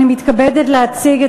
אני מתכבדת להציג,